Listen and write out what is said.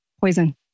Poison